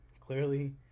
clearly